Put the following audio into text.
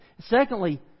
Secondly